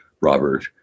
robert